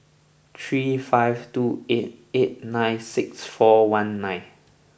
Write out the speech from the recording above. three five two eight eight nine six four one nine